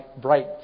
bright